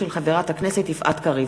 הצעתה של חברת הכנסת יפעת קריב.